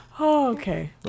Okay